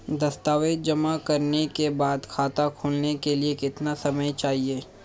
दस्तावेज़ जमा करने के बाद खाता खोलने के लिए कितना समय चाहिए?